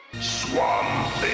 Swamp